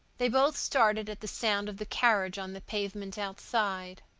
they both started at the sound of the carriage on the pavement outside.